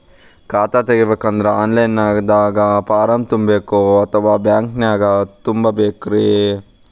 ಖಾತಾ ತೆಗಿಬೇಕಂದ್ರ online ದಾಗ ಫಾರಂ ತುಂಬೇಕೊ ಅಥವಾ ಬ್ಯಾಂಕನ್ಯಾಗ ತುಂಬ ಬೇಕ್ರಿ?